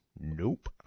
Nope